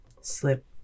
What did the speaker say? slip